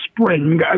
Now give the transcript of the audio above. spring